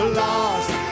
lost